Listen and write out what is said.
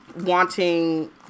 wanting